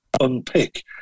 unpick